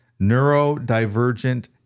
Neurodivergent